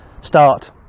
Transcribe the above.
start